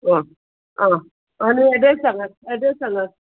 आ आ आनी एड्रॅस सांगात एड्रॅस सांगात